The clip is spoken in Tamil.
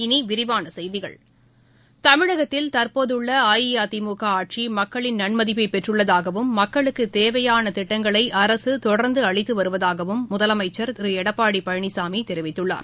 இனிவிரிவானசெய்திகள் தமிழகத்தில் தற்போதுள்ளஅஇஅதிமுகஆட்சிமக்களின் நன்மதிப்பைபெற்றுள்ளதாகவும் மக்களுக்குதேவையானதிட்டங்களைஅரசுதொடர்ந்துஅளித்துவருவதாகவும் முதலமைச்சர் திருளடப்பாடிபழனிசாமிதெரிவித்துள்ளார்